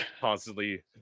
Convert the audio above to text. constantly